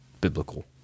biblical